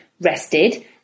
rested